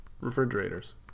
refrigerators